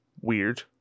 weird